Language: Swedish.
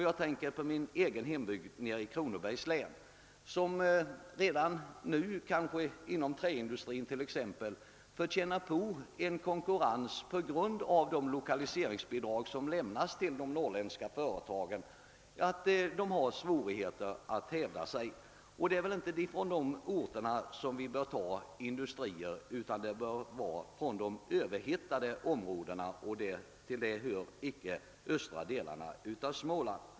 Jag tänker på min egen hembygd i Kronobergs län, som redan nu, exempelvis inom träindustrin, får känna på en konkurrens och som på grund av de lokaliseringsbidrag som lämnas till de norrländska företagen har svårigheter att hävda sig. Det är väl inte från de orterna vi bör ta industrier, utan det bör vara från de överhettade områdena, och till dem hör icke östra delarna av Småland.